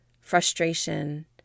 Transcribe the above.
frustration